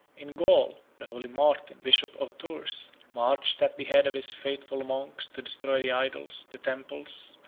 in gaul, the holy martin, bishop of tours, marched at the head of his faithful monks to destroy the idols, the temples,